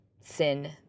sin